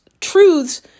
truths